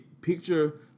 Picture